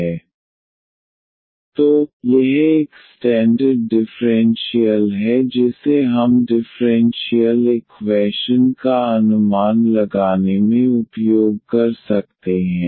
dyxxdy ydxx2 ordxyydx xdyy2 तो यह एक स्टैंडर्ड डिफ़्रेंशियल है जिसे हम डिफ़्रेंशियल इक्वैशन का अनुमान लगाने में उपयोग कर सकते हैं